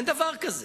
אין דבר כזה